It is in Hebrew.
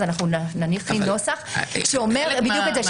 נכין נוסח שאומר בדיוק את זה,